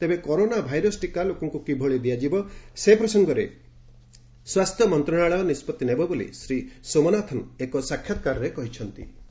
ତେବେ corona virus ଟୀକା ଲୋକଙ୍କ କିଭଳି ଦିଆଯିବ ସେ ପ୍ରସଙ୍ଗରେ ସ୍ୱାସ୍ଥ୍ୟ ମନ୍ତ୍ରଣାଳୟ ନିଷ୍ପଭି ନେବ ବୋଲି ଶ୍ରୀ ସୋମନାଥନ୍ ଏକ ସାକ୍ଷାତ୍କାରରେ କହିଚ୍ଛନ୍ତି